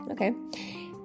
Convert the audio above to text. okay